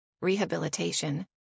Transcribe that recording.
rehabilitation